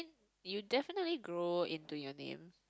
you definitely grow into your name